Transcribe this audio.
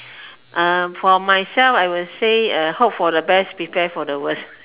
uh for myself I will say uh hope for the best prepare for the worst